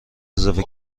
اضافه